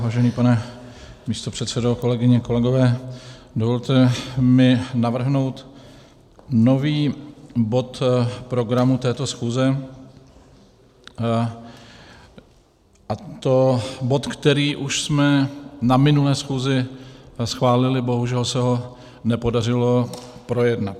Vážený pane místopředsedo, kolegyně, kolegové, dovolte mi navrhnout nový bod programu této schůze, a to bod, který už jsme na minulé schůzi schválili, bohužel se ho nepodařilo projednat.